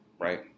Right